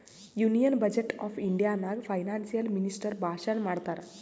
union budget of India ನಾಗ್ financial minister ಭಾಷಣ್ ಮಾಡ್ತಾರ್